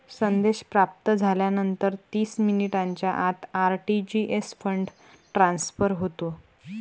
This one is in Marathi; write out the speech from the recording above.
संदेश प्राप्त झाल्यानंतर तीस मिनिटांच्या आत आर.टी.जी.एस फंड ट्रान्सफर होते